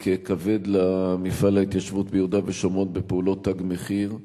כבד למפעל ההתיישבות ביהודה ושומרון בפעולות "תג מחיר",